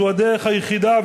זו הדרך היחידה,